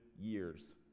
years